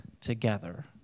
together